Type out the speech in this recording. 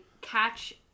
catch